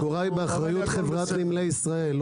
הממגורה היא באחריות חברת נמלי ישראל,